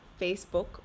facebook